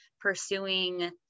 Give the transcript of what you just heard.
pursuing